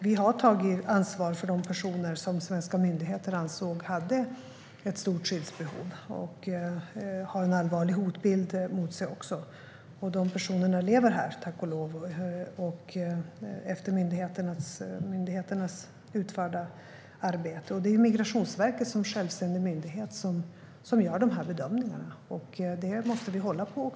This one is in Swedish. Vi har tagit ansvar för de personer som svenska myndigheter ansåg hade stort skyddsbehov och en allvarlig hotbild mot sig. Dessa personer lever här, tack och lov, efter myndigheternas utförda arbete. Det är Migrationsverket som självständig myndighet som gör dessa bedömningar, och detta måste vi hålla på.